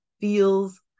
feels